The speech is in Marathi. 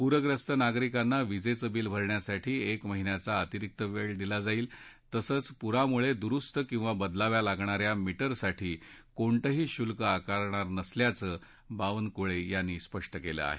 पूर्यस्त नागरिकांना वीजेचं बील भरण्यासाठी एक महिन्याचा अतिरिक्त वेळ दिला जाईल तसंच पुरामुळे दुरुस्त किवा बदलाव्या लागलेल्या मीटरसाठी कोणतंही शुल्क आकारलं जाणार नसल्याचंही बावनकुळे यांनी स्पष्ट केलं आहे